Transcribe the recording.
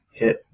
hit